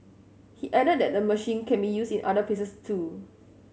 he added that the machine can be used in other places too